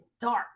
dark